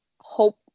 hope